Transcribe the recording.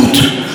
תודה רבה.